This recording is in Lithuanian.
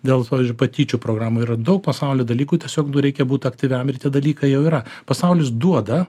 dėl to ir patyčių programų yra daug pasauly dalykų tiesiog nu reikia būt aktyviam ir tie dalykai jau yra pasaulis duoda